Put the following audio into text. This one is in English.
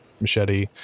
machete